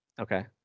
okay